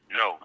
no